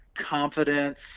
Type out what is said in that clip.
confidence